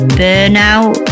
burnout